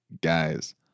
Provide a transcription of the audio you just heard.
guys